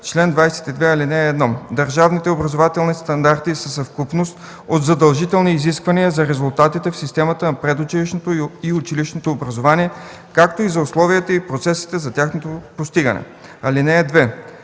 „Чл. 22. (1) Държавните образователни стандарти са съвкупност от задължителни изисквания за резултатите в системата на предучилищното и училищното образование, както и за условията и процесите за тяхното постигане. (2)